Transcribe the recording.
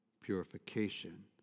purification